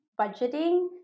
budgeting